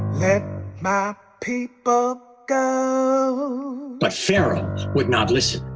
let my people go but pharaoh would not listen,